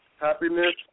Happiness